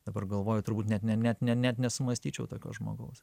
dabar galvoju turbūt net ne net ne net nesumąstyčiau tokio žmogaus